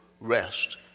rest